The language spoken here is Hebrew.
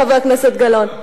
חבר הכנסת גילאון,